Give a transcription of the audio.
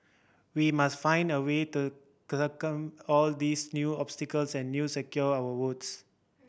we must find a way to all these new obstacles and new secure our votes